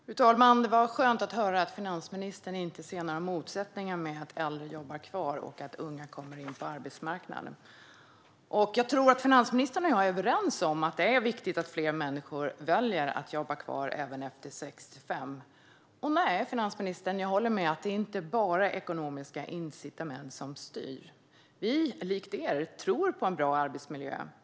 Fru talman! Det var skönt att höra att finansministern inte ser några motsättningar mellan att äldre jobbar kvar och att unga kommer in på arbetsmarknaden. Jag tror att finansministern och jag är överens om att det är viktigt att fler människor väljer att jobba kvar även efter 65. Jag håller med finansministern om att det inte bara är ekonomiska incitament som styr. Vi moderater tror, som ni, på en bra arbetsmiljö.